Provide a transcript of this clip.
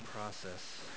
process